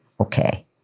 Okay